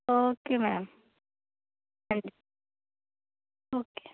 okay ma'am ਹਾਂਜੀ okay